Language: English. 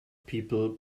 people